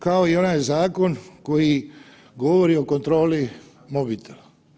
Kao i onaj zakon koji govori o kontroli mobitela.